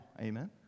amen